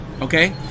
okay